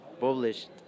published